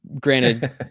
Granted